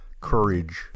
courage